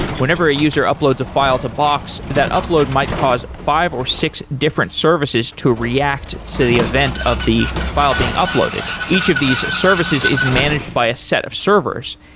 whenever a user uploads a file to box, that upload might cause five or six different services to react to the event of the file being uploaded. each of these services is managed by a set of servers,